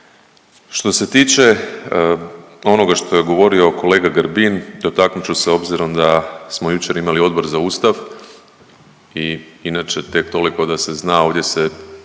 Što se tiče onoga što je govorio kolega Grbin, dotaknut ću se obzirom da smo jučer imali Odbor za Ustav i inače tek toliko da se zna ovdje se